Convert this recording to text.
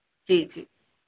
जी जी